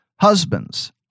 Husbands